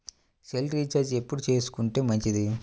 Cell recharge ఎప్పుడు చేసుకొంటే మంచిది?